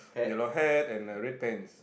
yellow hat and uh red pants